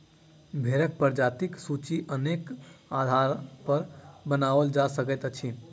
भेंड़क प्रजातिक सूची अनेक आधारपर बनाओल जा सकैत अछि